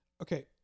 okay